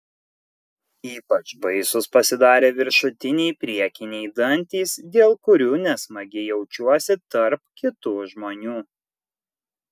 ypač baisūs pasidarė viršutiniai priekiniai dantys dėl kurių nesmagiai jaučiuosi tarp kitų žmonių